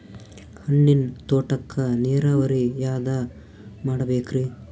ಹಣ್ಣಿನ್ ತೋಟಕ್ಕ ನೀರಾವರಿ ಯಾದ ಮಾಡಬೇಕ್ರಿ?